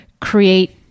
create